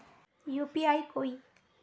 UPI कोई